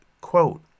quote